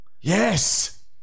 Yes